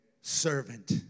servant